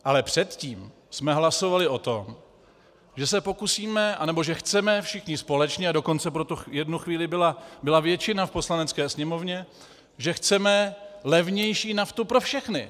Ale předtím jsme hlasovali o tom, že se pokusíme, anebo že chceme všichni společně, a dokonce pro to v jednu chvíli byla většina v Poslanecké sněmovně, že chceme levnější naftu pro všechny.